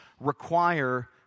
require